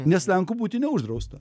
nes lenku būti neuždrausta